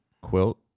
quilt